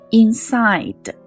inside